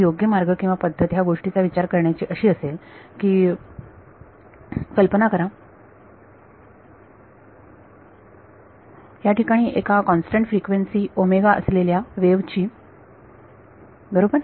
तर योग्य मार्ग किंवा पद्धत ह्या गोष्टीचा विचार करण्याची अशी असेल की कल्पना करा याठिकाणी एका कॉन्स्टंट फ्रिक्वेन्सी असलेल्या वेव्ह ची बरोबर